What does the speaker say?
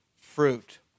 fruit